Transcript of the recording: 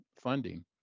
funding